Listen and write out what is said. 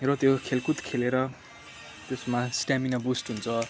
र त्यो खेलकुद खेलेर त्यसमा स्टामिना बुस्ट हुन्छ